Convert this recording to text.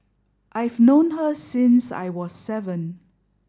I've known her since I was seven